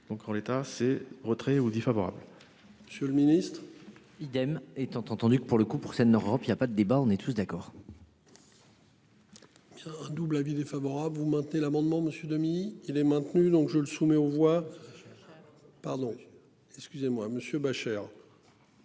donc en l'état ces retraits ou favorable. Je le ministre. Idem, étant entendu que pour le coup pour s'en Europe il y a pas de débat, on est tous d'accord. Un double avis défavorable, vous mentez. L'amendement Monsieur Domi il est maintenu, donc je le soumets aux voies. Pardon, excusez-moi monsieur Beuchere.